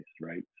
right